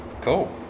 Cool